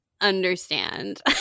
understand